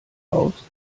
baust